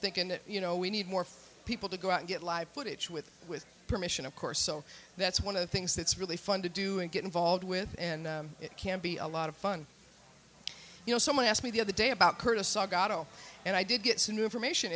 thinking that you know we need more people to go out and get live footage with with permission of course so that's one of the things that's really fun to do and get involved with and it can be a lot of fun you know someone asked me the other day about curtis agao and i did get some new information